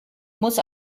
muss